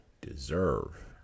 deserve